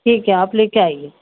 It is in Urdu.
ٹھیک ہے آپ لے کے آئیے